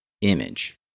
image